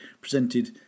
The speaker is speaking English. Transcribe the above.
presented